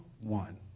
one